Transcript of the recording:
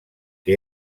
que